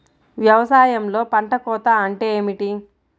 వ్యవసాయంలో పంట కోత అంటే ఏమిటి?